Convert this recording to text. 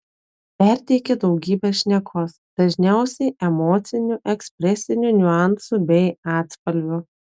perteikia daugybę šnekos dažniausiai emocinių ekspresinių niuansų bei atspalvių